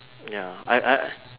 ya I I